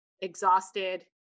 exhausted